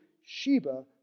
Sheba